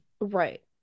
Right